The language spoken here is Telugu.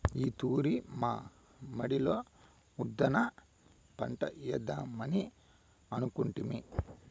ఈ తూరి మా మడిలో ఉద్దాన పంటలేద్దామని అనుకొంటిమి